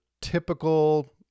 typical